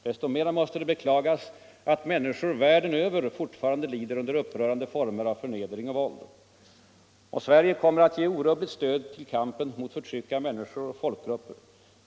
Desto mera måste det beklagas, att människor världen över fortfarande lider under upprörande former av förnedring och våld. Sverige kommer att ge orubbligt stöd till kampen mot förtryck av människor och folkgrupper.